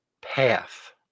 path